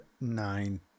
nine